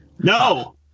No